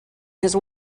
his